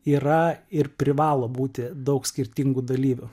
yra ir privalo būti daug skirtingų dalyvių